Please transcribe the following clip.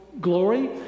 glory